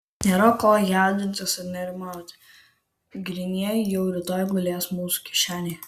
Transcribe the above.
nėra ko jaudintis ar nerimauti grynieji jau rytoj gulės mūsų kišenėje